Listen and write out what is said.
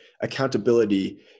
accountability